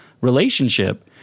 relationship